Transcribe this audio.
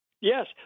Yes